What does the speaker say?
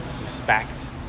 respect